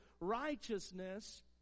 righteousness